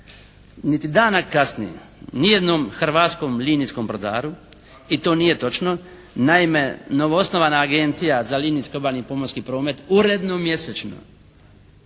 niti dana kasni nijednom hrvatskom linijskom brodaru i to nije točno. Naime novoosnovana agencija za linijski obalni pomorski promet uredno mjesečno